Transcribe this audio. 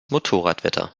motorradwetter